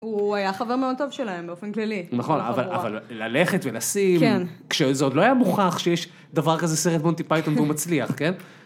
הוא היה חבר מאוד טוב שלהם באופן כללי. נכון, אבל ללכת ולשים, כשזה עוד לא היה מוכרח שיש דבר כזה סרט בונטי פייטון והוא מצליח, כן?